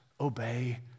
obey